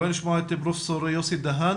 נשמע את פרופ' יוסי דהן